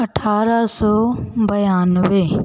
अठारह सौ बानवे